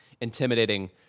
intimidating